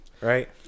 Right